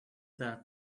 that